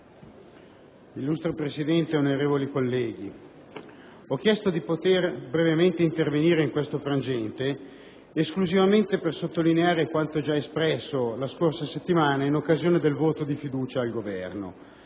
signor Presidente, onorevoli colleghi, ho chiesto di intervenire brevemente in questo frangente esclusivamente per sottolineare quanto già espresso la scorsa settimana in occasione del voto di fiducia al Governo.